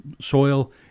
soil